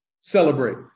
celebrate